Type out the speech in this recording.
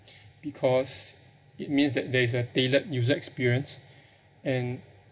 because it means that there is a tailored user experience and